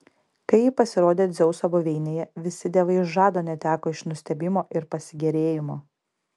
kai ji pasirodė dzeuso buveinėje visi dievai žado neteko iš nustebimo ir pasigėrėjimo